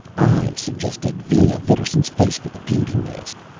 i suggested vina vidarsson's face for the beauty mask,